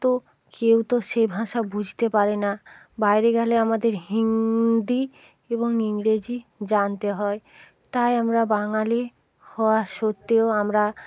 কিন্তু কেউ তো সে ভাষা বুঝতে পারে না বাইরে গেলে আমাদের হিন্দি এবং ইংরেজি জানতে হয় তাই আমরা বাঙালি হওয়া সত্ত্বেও আমরা